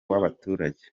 w’abaturage